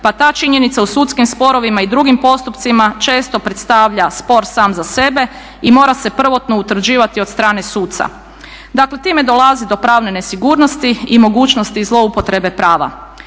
pa ta činjenica u sudskim sporovima i drugim postupcima često predstavlja spor sam za sebe i mora se prvotno utvrđivati od strane suca. Dakle, time dolazi do pravne nesigurnosti i mogućnosti zloupotrebe prava.